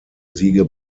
siege